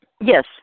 Yes